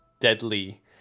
deadly